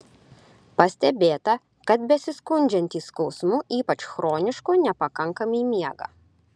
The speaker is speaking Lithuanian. pastebėta kad besiskundžiantys skausmu ypač chronišku nepakankamai miega